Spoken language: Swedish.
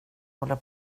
håller